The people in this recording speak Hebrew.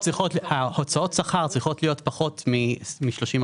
הוצאות השכר צריכות להיות פחות מ-30%.